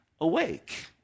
awake